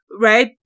right